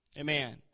Amen